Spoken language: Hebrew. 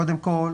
קודם כל,